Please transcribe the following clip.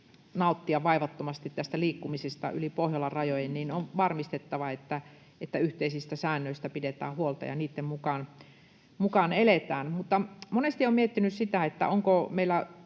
nauttia vaivattomasti liikkumisista yli Pohjolan rajojen, on varmistettava, että yhteisistä säännöistä pidetään huolta ja niitten mukaan eletään. Mutta monesti olen miettinyt sitä, onko meillä